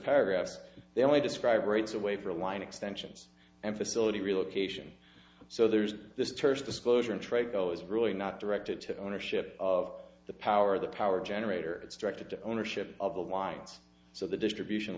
paragraphs they only describe rights away for a line extensions and facility relocation so there's this terse disclosure in trego is really not directed to ownership of the power of the power generator it's directed to ownership of the lines so the distribution